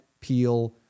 peel